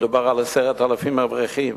מדובר על 10,000 אברכים,